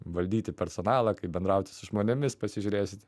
valdyti personalą kaip bendrauti su žmonėmis pasižiūrėsit